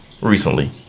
recently